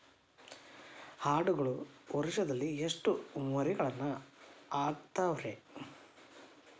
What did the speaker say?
ಆಡುಗಳು ವರುಷದಲ್ಲಿ ಎಷ್ಟು ಮರಿಗಳನ್ನು ಹಾಕ್ತಾವ ರೇ?